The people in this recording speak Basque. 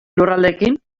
lurraldeekin